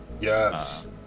yes